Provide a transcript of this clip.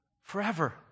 forever